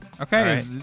Okay